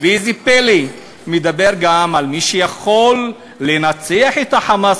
ואיזה פלא: מדבר גם על מי שיכול לנצח את ה"חמאס",